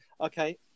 Okay